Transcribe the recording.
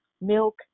milk